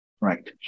right